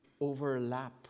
overlap